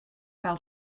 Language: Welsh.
fel